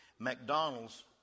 McDonald's